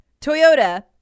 Toyota